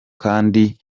kandi